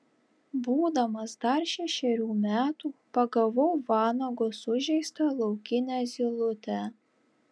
būdamas dar šešerių metų pagavau vanago sužeistą laukinę zylutę